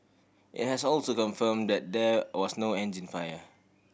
it has also confirmed that there was no engine fire